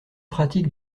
pratique